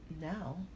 Now